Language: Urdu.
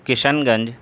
کشن گنج